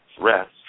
rest